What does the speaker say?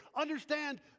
understand